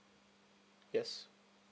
yes